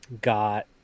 got